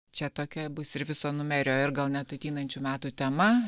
čia tokia bus ir viso numerio ir gal net ateinančių metų tema